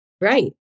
Right